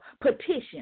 petition